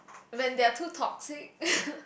when they are too toxic